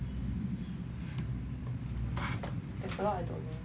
there's a lot of I don't kow